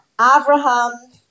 Abraham